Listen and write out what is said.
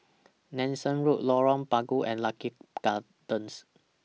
Nanson Road Lorong Bunga and Lucky Gardens